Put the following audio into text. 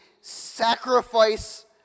sacrifice